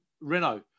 Renault